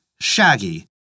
shaggy